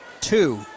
two